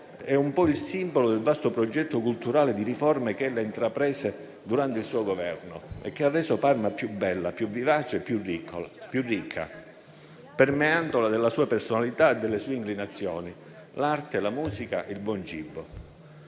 è un po' il simbolo del vasto progetto culturale di riforme che ella intraprese durante il suo Governo e che ha reso Parma più bella, più vivace, più ricca, permeandola della sua personalità e delle sue inclinazioni: l'arte, la musica, il buon cibo.